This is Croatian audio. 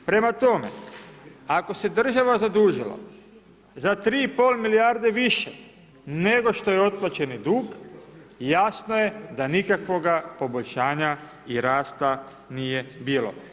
Prema tome, ako se država zadužila za 3,5 milijarde više nego što je otplaćeni dug jasno je da nikakvoga poboljšanja i rasta nije bilo.